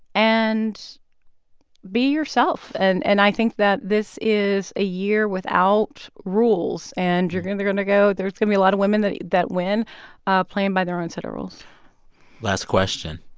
and be yourself. and and i think that this is a year without rules, and you're going and going to go there's going to be a lot of women that that win ah playing by their own set of rules last question.